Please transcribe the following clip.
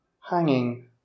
hanging